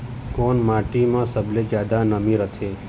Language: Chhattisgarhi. कोन माटी म सबले जादा नमी रथे?